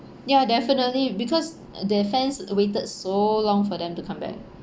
ya definitely because their fans waited so long for them to come back